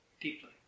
deeply